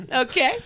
Okay